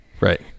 right